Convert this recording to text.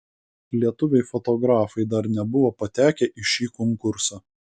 lietuviai fotografai dar nebuvo patekę į šį konkursą